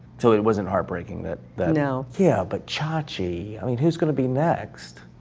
so it wasn't heartbreaking that that no. yeah, but chachi. i mean who's going to be next?